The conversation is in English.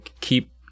Keep